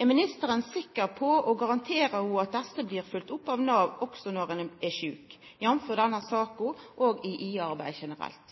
Er ministeren sikker på, og garanterer ho, at desse blir følgde opp av Nav også når dei er sjuke? Jamfør denne saka òg i IA-arbeidet generelt.